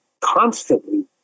constantly